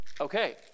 okay